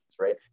right